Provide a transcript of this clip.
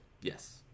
Yes